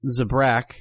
Zabrak